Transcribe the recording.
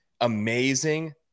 Amazing